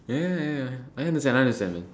yeah yeah yeah yeah I understand I understand